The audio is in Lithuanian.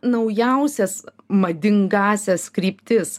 naujausias madingąsias kryptis